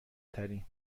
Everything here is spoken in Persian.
ترین